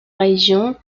région